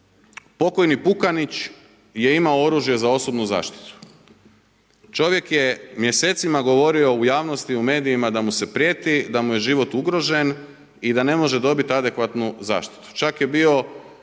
pokojni Pukanić je imao oružje za osobnu zaštitu. Čovjek je mjesecima govorio u javnosti, u medijima da mu se prijeti, da mu je život ugrožen i da ne može dobiti adekvatnu zaštitu. Čak je bio